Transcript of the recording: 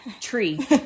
tree